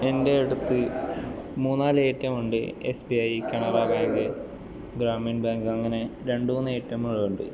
എൻ്റെ അടുത്ത് മൂന്നാല് ഐറ്റം ഉണ്ട് SBI Canara bank Grameen bank അങ്ങനെ രണ്ട് മൂന്ന് ഐറ്റംമ്കളുണ്ട്